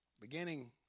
beginning